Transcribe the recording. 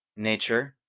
nature,